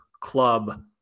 club